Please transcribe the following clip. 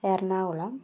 Ernakulam